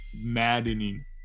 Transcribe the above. maddening